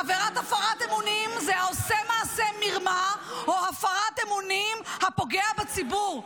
עבירת הפרת אמונים זה העושה מעשה מרמה או הפרת אמונים הפוגע בציבור.